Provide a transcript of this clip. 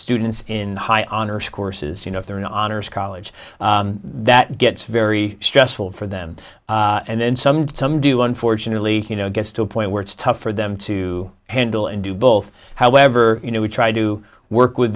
students in high honors courses you know if they're in honors college that gets very stressful for them and then some to some do unfortunately you know it gets to a point where it's tough for them to handle and do both however you know we try to work with